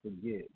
forget